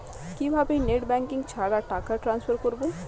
কিভাবে net banking ছাড়া টাকা টান্সফার করব?